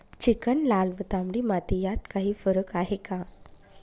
Chicken, लाल व तांबडी माती यात काही फरक आहे का?